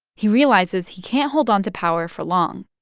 he realizes he can't hold on to power for long,